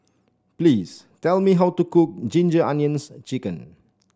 please tell me how to cook Ginger Onions chicken